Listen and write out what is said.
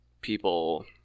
people